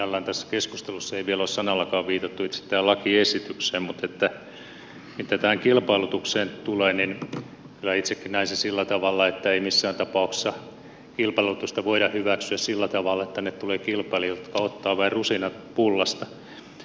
sinällään tässä keskustelussa ei ole vielä sanallakaan viitattu itse tähän lakiesitykseen mutta mitä kilpailutukseen tulee niin kyllä itsekin näen sen sillä tavalla että ei missään tapauksessa kilpailutusta voida hyväksyä sillä tavalla että tänne tulee kilpailijoita jotka ottavat vain rusinat pullasta